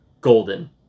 Golden